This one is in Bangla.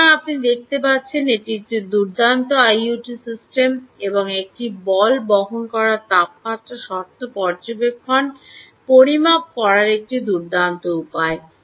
সুতরাং আপনি দেখতে পাচ্ছেন এটি একটি দুর্দান্ত আইওটি সিস্টেম এবং একটি বল বহন করার তাপমাত্রা শর্ত পর্যবেক্ষণ পরিমাপ করার একটি দুর্দান্ত উপায়